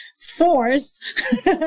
force